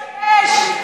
איך אתה לא מתבייש?